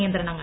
നിയന്ത്രണങ്ങൾ